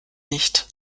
nicht